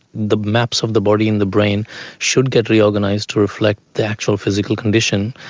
the maps of the body and the brain should get reorganised to reflect the actual physical condition,